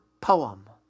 poem